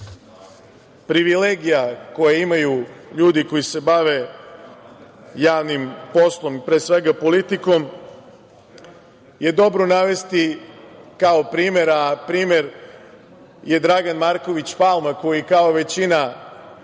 privilegija koje imaju ljudi koji se bave javnim poslom, pre svega politikom, je dobro navesti kao primer, a primer je Dragan Marković Palma koji kao većina